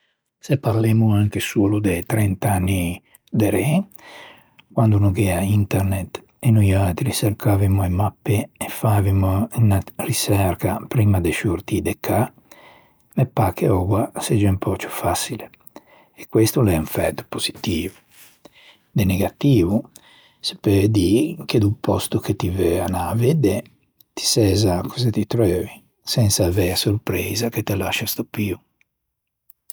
Se parlemmo solo de trent'anni derê, quande no gh'ea internet e noiatri çercavimo e mappe e favimo unna riçerca primma de sciortî de cà, me pâ che oua a segge un pö ciù façile e questo o l'é un fæto positivo. De negativo se peu dî che o pòsto che ti veu anâ à vedde ti sæ za cöse ti treuvi sensa avei a sorpreisa ch'a te lascia stupio.